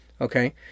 Okay